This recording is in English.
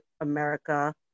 America